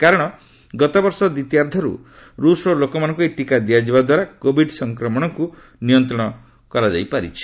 କାରଣ ଗତବର୍ଷ ଦ୍ୱିତୀୟାର୍ଦ୍ଧରୁ ରୁଷର ଲୋକମାନଙ୍କୁ ଏହି ଟିକା ଦିଆଯିବା ଦ୍ୱାରା କୋଭିଡ୍ ସଂକ୍ରମଣକୁ ନିୟନ୍ତ୍ରଣ କରାଯାଇପାରିଥିଲା